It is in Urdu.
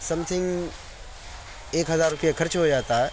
سم تھنگ ایک ہزار روپیہ خرچ ہو جاتا ہے